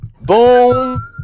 Boom